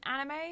anime